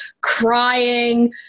crying